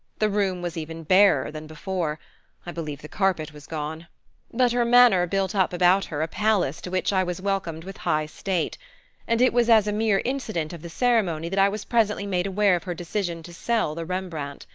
the room was even barer than before i believe the carpet was gone but her manner built up about her a palace to which i was welcomed with high state and it was as a mere incident of the ceremony that i was presently made aware of her decision to sell the rembrandt.